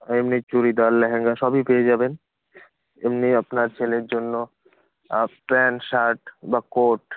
এমনি চুড়িদার ল্যাহেঙ্গা সবই পেয়ে যাবেন এমনি আপনার ছেলের জন্য প্যান্ট শার্ট বা কোট